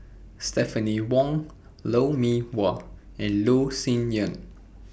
Stephanie Wong Lou Mee Wah and Loh Sin Yun